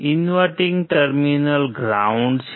inverting terminal ground છે